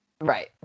Right